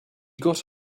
got